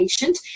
patient